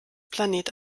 planet